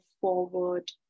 forward